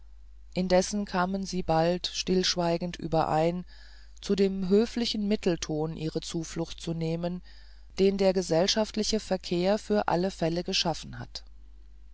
indessen kamen sie bald stillschweigend überein zu dem höflichen mittelton ihre zuflucht zu nehmen den der gesellschaftliche verkehr für alle fälle geschaffen hat